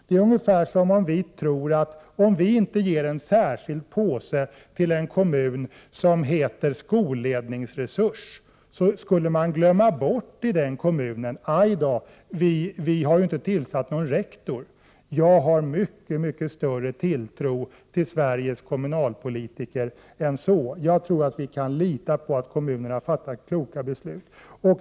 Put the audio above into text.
Om inte vi ger en särskild påse som heter skolledningsresurs till en kommun, skulle man i den kommunen glömma bort detta med skolledning och plötsligt komma ihåg att man inte har tillsatt någon rektor. Jag har mycket större tilltro till Sveriges kommunalpolitiker än så. Jag tror att vi kan lita på att kommunerna fattar kloka beslut.